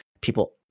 People